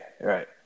Right